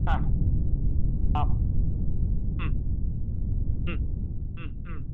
हा आम्